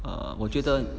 err 我觉得